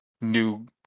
new